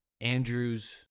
Andrew's